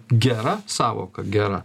gera sąvoka gera